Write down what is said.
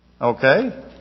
Okay